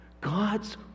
God's